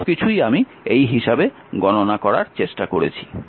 সবকিছুই আমি এই হিসাবে গণনা করার চেষ্টা করেছি